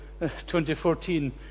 2014